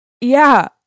Yeah